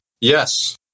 Yes